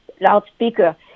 loudspeaker